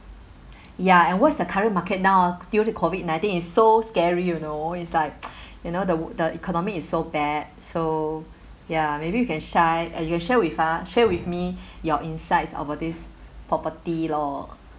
ya and what's the current market now due to COVID nineteen is so scary you know it's like you know the the economy is so bad so ya maybe you can shy uh you can share with her share with me your insights about these property law